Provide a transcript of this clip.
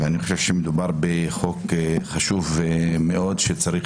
ואני חושב שמדובר בחוק חשוב מאוד שצריך